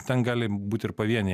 ten gali būt ir pavieniai